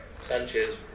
Sanchez